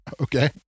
Okay